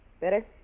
Better